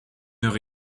heure